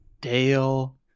Dale